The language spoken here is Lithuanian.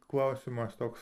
klausimas toks